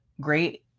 great